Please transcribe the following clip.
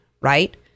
right